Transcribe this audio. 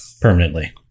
permanently